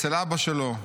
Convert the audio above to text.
אצל אבא שלו,